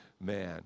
man